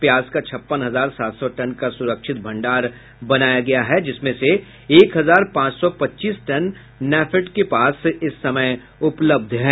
प्याज का छप्पन हजार सात सौ टन का सुरक्षित भंडार बनाया गया है जिसमें से एक हजार पांच सौ पच्चीस टन नाफेड के पास इस समय उपलब्ध है